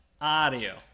audio